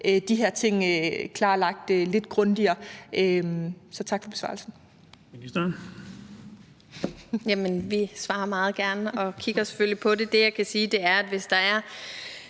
de her ting klarlagt lidt grundigere. Så tak for besvarelsen.